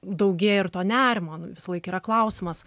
daugėja ir to nerimo visąlaik yra klausimas